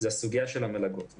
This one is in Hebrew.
סוגיית המלגות.